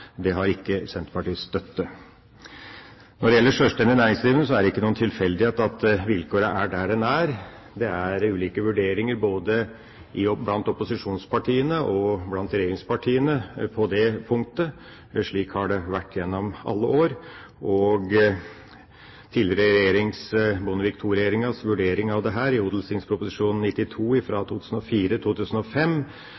Det har ikke Senterpartiets støtte. Når det gjelder sjølstendig næringsdrivende, er det ikke noen tilfeldighet at vilkårene er som de er. Det er ulike vurderinger både blant opposisjonspartiene og blant regjeringspartiene på det punktet. Slik har det vært gjennom alle år. Bondevik II-regjeringas vurdering av dette i